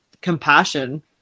compassion